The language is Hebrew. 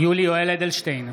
יולי יואל אדלשטיין,